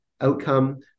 outcome